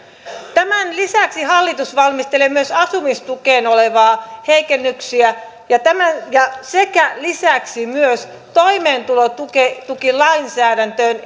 tämän lisäksi hallitus valmistelee myös asumistukeen liittyviä heikennyksiä sekä lisäksi myös toimeentulotukilainsäädäntöön